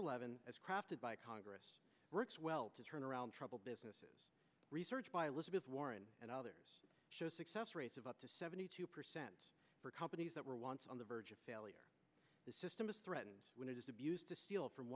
eleven as crafted by congress works well to turn around trouble businesses research by elizabeth warren and others show success rates of up to seventy two percent for companies that were once on the verge of failure the system is threatened when it is abused to steal from